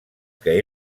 que